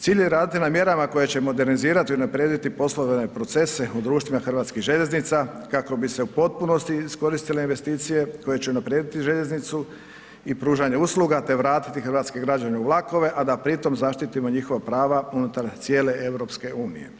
Cilj je raditi na mjerama koje će modernizirati i unaprijediti poslovne procese u društvu HŽ-a kako bi se u potpunosti iskoristile investicije koje će unaprijediti željeznicu i pružanje usluga te vratiti hrvatske građane u vlakove, a da pritom zaštitimo njihova prava unutar cijele EU.